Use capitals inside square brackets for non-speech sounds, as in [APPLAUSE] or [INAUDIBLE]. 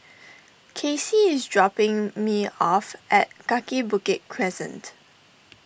[NOISE] Kacey is dropping me off at Kaki Bukit Crescent